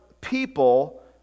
people